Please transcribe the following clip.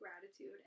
gratitude